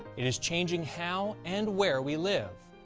it is changing how and where we live.